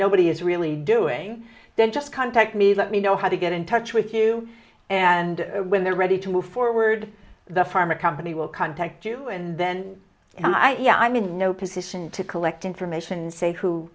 nobody is really doing then just contact me let me know how to get in touch with you and when they're ready to move forward the pharma company will contact you and then i am in no position to collect information